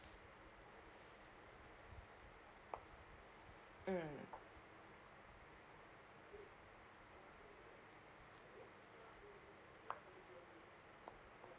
mm